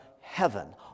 heaven